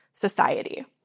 society